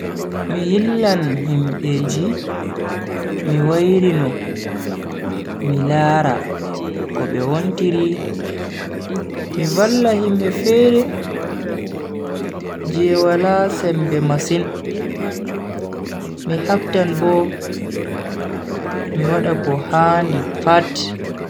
Mi yillan himbeji mi wairi no mi laara ko be wontiri. mi valla himbe fere je wala sembe masin. Mi habdan bo mi wada ko handi pat.